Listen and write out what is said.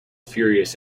furious